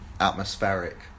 atmospheric